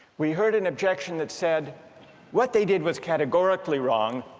we heard an objection that's said what they did was categorically wrong,